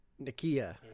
Nakia